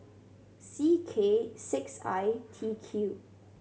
C K six I T Q